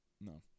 no